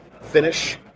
finish